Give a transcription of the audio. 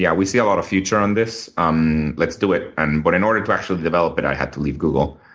yeah we see a lot of future on this. um let's do it. and but in order to actually develop it, i had to leave google.